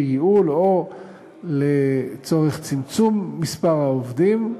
ייעול או לצורך צמצום מספר העובדים,